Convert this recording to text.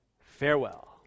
farewell